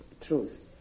truth